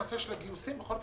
יש מעט